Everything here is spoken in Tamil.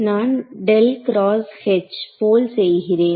நான் போல் செய்கிறேன்